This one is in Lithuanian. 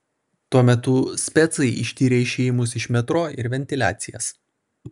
tuo metu specai ištyrė išėjimus iš metro ir ventiliacijas